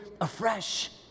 afresh